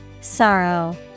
Sorrow